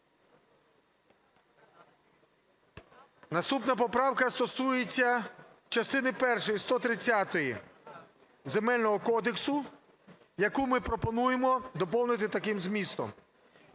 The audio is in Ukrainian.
Наступна поправка стосується частини першої 130-ї Земельного кодексу, яку ми пропонуємо доповнити таким змістом: